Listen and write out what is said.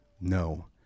No